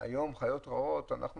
מה חיות רעות רלוונטי לימינו,